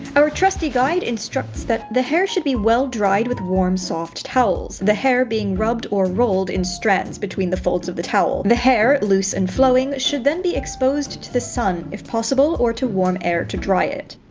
our trusty guide instructs that the hair should be well dried with warm, soft towels, the hair being rubbed or rolled in strands between the folds of the towel. the hair, loose and flowing, should then be exposed to the sun, if possible, or to warm air to dry it.